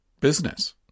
business